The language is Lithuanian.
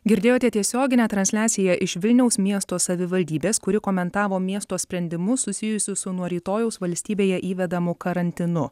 girdėjote tiesioginę transliaciją iš vilniaus miesto savivaldybės kuri komentavo miesto sprendimus susijusius su nuo rytojaus valstybėje įvedamu karantinu